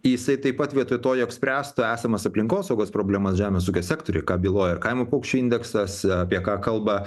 jisai taip pat vietoj to jog spręstų esamas aplinkosaugos problemas žemės ūkio sektoriuj ką byloja ir kaimo paukščių indeksas apie ką kalba